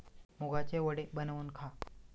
मुगाचे वडे बनवून खा